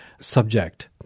subject